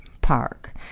Park